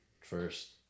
first